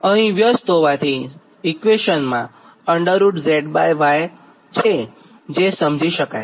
અહીં વ્યસ્ત હોવાથી zy વડે દર્શાવેલ છે જે સમજી શકાય છે